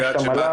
יש את המל"ג,